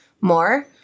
more